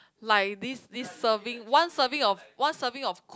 like this this serving one serving of one serving of